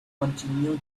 continue